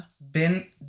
Ben